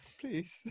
Please